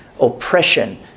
oppression